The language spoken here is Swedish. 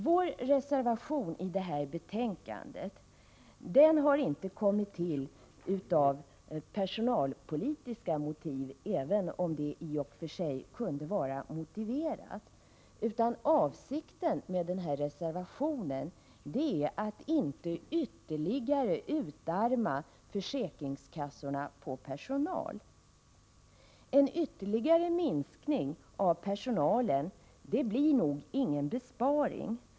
Vår reservation i det här betänkandet har inte kommit till av personalpolitiska motiv, även om det i och för sig kunde vara befogat, utan avsikten med reservationen är att inte ytterligare utarma försäkringskassorna på personal. En ytterligare minskning av personalen innebär nog inte någon besparing.